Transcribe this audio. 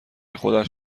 خودش